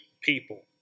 people